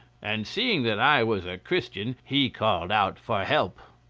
and seeing that i was a christian he called out for help.